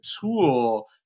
tool